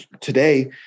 Today